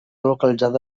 localitzada